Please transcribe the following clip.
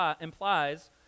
implies